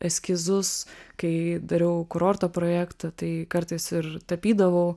eskizus kai dariau kurorto projektą tai kartais ir tapydavau